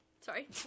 Sorry